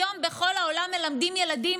היום בכל העולם מלמדים ילדים